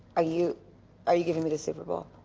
ah you are you giving me the super bowl?